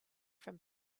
from